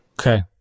Okay